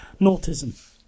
Nautism